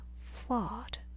flawed